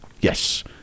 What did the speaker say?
Yes